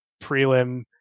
prelim